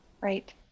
Right